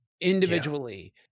individually